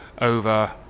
over